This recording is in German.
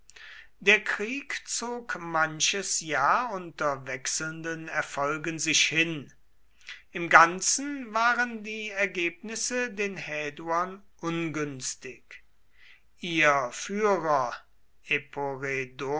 der krieg zog manches jahr unter wechselnden erfolgen sich hin im ganzen waren die ergebnisse den häduern ungünstig ihr führer